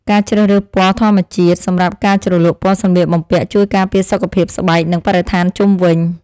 ការជ្រើសរើសពណ៌ធម្មជាតិសម្រាប់ការជ្រលក់ពណ៌សម្លៀកបំពាក់ ជួយការពារសុខភាពស្បែកនិងបរិស្ថានជុំវិញ។